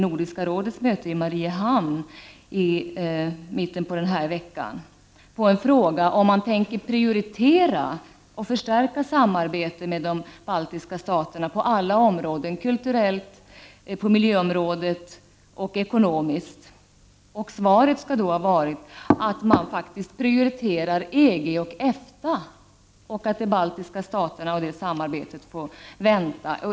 På en fråga om man tänker prioritera och förstärka samarbetet med de baltiska staterna på alla områden — kultur, miljö och ekonomi — vid Nordiska rådets möte i Mariehamn i mitten av veckan lär Ingvar Carlsson ha svarat att man faktiskt prioriterar EG och EFTA, och att samarbetet med de baltiska staterna får vänta.